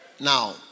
Now